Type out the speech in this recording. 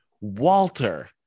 Walter